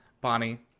Bonnie